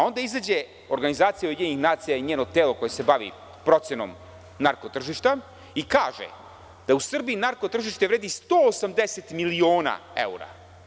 Onda izađe organizacija UN i njeno telo koje se bavi procenom narko tržišta i kažeda u Srbiji narko tržište vredi 180 miliona evra.